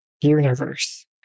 universe